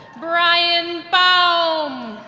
brian baum